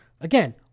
again